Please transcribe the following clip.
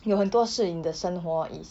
有很多事 in the 生活 is